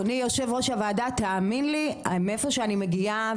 אדוני יושב ראש הוועדה תאמין לי מאיפה שאני מגיעה